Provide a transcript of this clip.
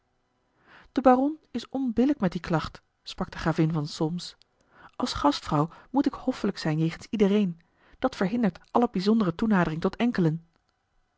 de baron is onbillijk met die klacht sprak de gravin van solms als gastvrouw moet ik hoffelijk zijn jegens iedereen dat verhindert alle bijzondere toenadering tot enkelen